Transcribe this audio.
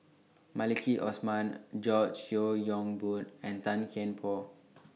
Maliki Osman George Yeo Yong Boon and Tan Kian Por